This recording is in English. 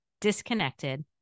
disconnected